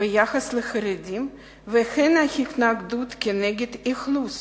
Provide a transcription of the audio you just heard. ביחס לחרדים והן ההתנגדות כנגד אכלוס